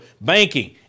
banking